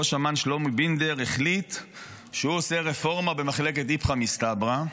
ראש אמ"ן שלומי בינדר החליט שהוא עושה רפורמה במחלקת איפכא מסתברא,